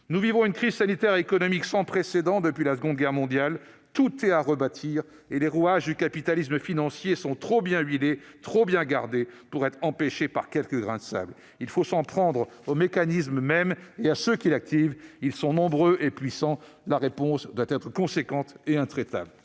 Nous vivons une crise sanitaire économique sans précédent depuis la Seconde Guerre mondiale. Tout est à rebâtir, et les rouages du capitalisme financier sont trop bien huilés, trop bien gardés pour être empêchés par quelques grains de sable. Il faut s'en prendre au mécanisme même et à ceux qui l'activent. Ils sont nombreux et puissants. C'est pourquoi la réponse doit être considérable et intraitable.